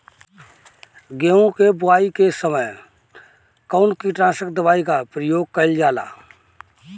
गेहूं के बोआई के समय कवन किटनाशक दवाई का प्रयोग कइल जा ला?